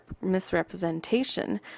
misrepresentation